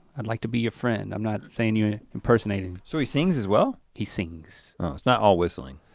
i'd like to be your friend, i'm not saying you impersonate and so he sings as well? he sings. oh it's not all whistling.